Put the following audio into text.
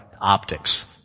optics